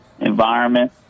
environment